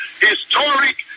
historic